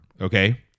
okay